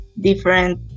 different